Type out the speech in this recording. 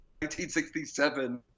1967